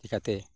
ᱪᱤᱠᱟᱛᱮ